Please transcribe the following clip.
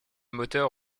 moteur